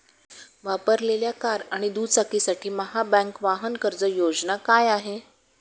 वापरलेल्या कार आणि दुचाकीसाठी महाबँक वाहन कर्ज योजना काय आहे?